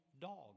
Dog